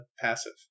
passive